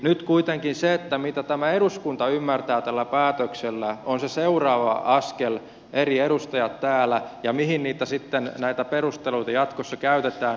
nyt kuitenkin se mitä tämä eduskunta eri edustajat täällä ymmärtää tällä päätöksellä on se seuraava askel ja mihin näitä perusteluita sitten jatkossa käytetään